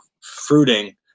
fruiting